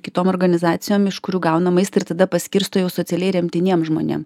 kitom organizacijom iš kurių gauna maistą ir tada paskirsto jau socialiai remtiniem žmonėm